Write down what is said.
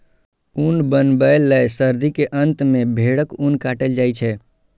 ऊन बनबै लए सर्दी के अंत मे भेड़क ऊन काटल जाइ छै